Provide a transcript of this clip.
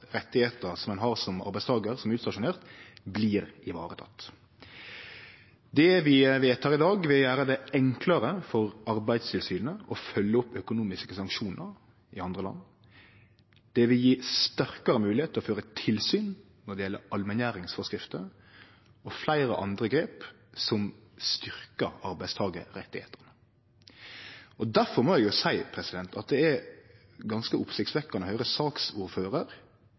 som ein har som arbeidstakar som er utstasjonert, blir tekne vare på. Det vi vedtek i dag, vil gjere det enklare for Arbeidstilsynet å følgje opp økonomiske sanksjonar i andre land. Det vil gje sterkare moglegheit til å føre tilsyn når det gjeld allmenngjeringsforskrifter og fleire andre grep som styrkjer arbeidstakarrettar. Difor må eg seie at det er ganske oppsiktsvekkjande å høyre